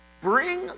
Bring